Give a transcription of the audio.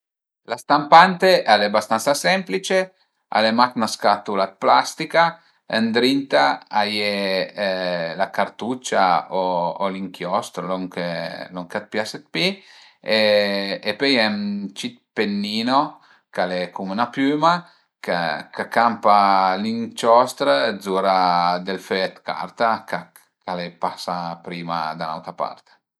La stampante al e bastansa semplice, al e mach 'na scatula dë plastica, ëndrinta a ie la cartuccia o l'inchiostro, lon che lon che a t'pias dë pi e pöi a ie ën cit pennino ch'al e cume 'na piüma chë ch'a campa l'inciostr zura dël föi dë carta ch'al e pasà prima da ün'autra part